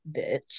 bitch